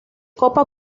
copa